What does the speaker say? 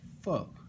fuck